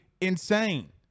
insane